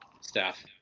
staff